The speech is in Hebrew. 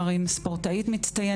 שלא.